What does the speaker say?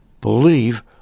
Believe